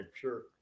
sure